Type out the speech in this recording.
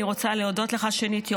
אני רוצה להודות לך שנית,